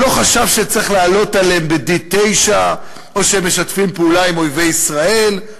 לא חשב שצריך לעלות עליהם ב-D-9 או שהם משתפים פעולה עם אויבי ישראל.